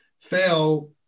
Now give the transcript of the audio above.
fail